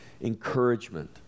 encouragement